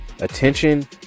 Attention